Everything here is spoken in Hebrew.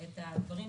בפרק